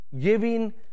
Giving